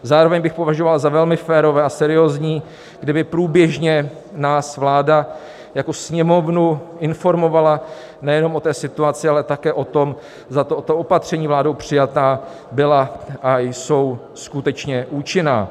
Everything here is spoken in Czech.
Zároveň bych považoval za velmi férové a seriózní, kdyby průběžně nás vláda jako Sněmovnu informovala nejenom o té situaci, ale také o tom, zda tato opatření vládou přijatá byla a jsou skutečně účinná.